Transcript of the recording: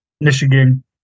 Michigan